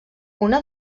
una